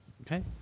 Okay